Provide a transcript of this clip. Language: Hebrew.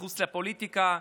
מחוץ לפוליטיקה,